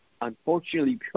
Unfortunately